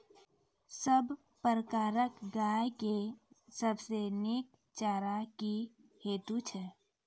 सब प्रकारक गाय के सबसे नीक चारा की हेतु छै?